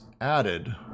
added